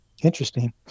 interesting